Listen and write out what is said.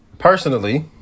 Personally